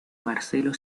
marcelo